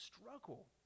struggle